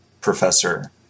professor